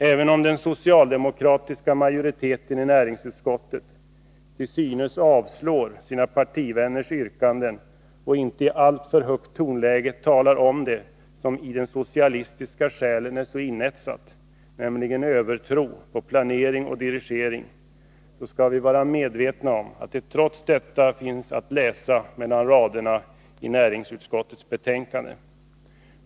Även om den socialdemokratiska majoriteten i näringsutskottet till synes avstyrker sina partivänners yrkanden och inte i alltför högt tonläge talar om det som i den socialistiska själen är så inetsat — nämligen övertron på planering och dirigering — så skall vi vara medvetna om att övertron trots detta finns att läsa mellan raderna i utskottets betänkande.